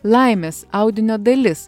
laimės audinio dalis